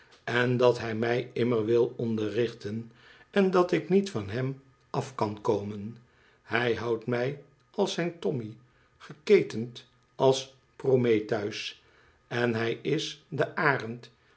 en dat hij mij immer wil onderrichten en dat ik niet van hem af kan komen hij houdt mij als zijn tommy geketend als prometheus en hij is de arend